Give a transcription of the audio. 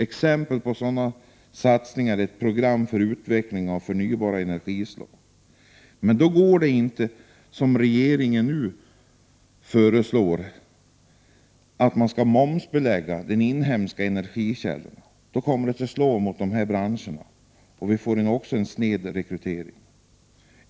Exempel på sådana satsningar är program för utveckling av förnybara energislag. Det går inte, som regeringen nu föreslår, att momsbelägga inhemska energikällor. Det slår tillbaka mot dessa branscher och medverkar till en snedrekrytering.